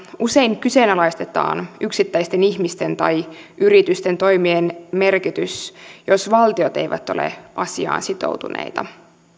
usein kyseenalaistetaan yksittäisten ihmisten tai yritysten toimien merkitys jos valtiot eivät ole asiaan sitoutuneita